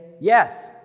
yes